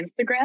instagram